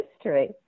history